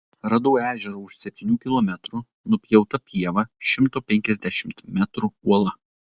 radau ežerą už septynių kilometrų nupjauta pieva šimto penkiasdešimt metrų uola